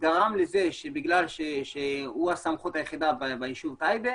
בגלל שהוא הסמכות היחידה ביישוב טייבה